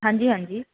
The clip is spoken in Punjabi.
ਹਾਂਜੀ ਹਾਂਜੀ